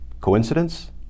coincidence